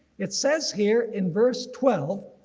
it says here in verse twelve,